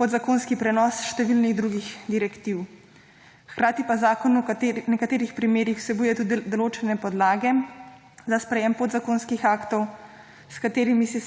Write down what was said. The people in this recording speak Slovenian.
podzakonski prenos številnih drugih direktiv, hkrati pa zakon v nekaterih primerih vsebuje tudi določene podlage za sprejetje podzakonskih aktov, s katerimi se